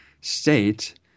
state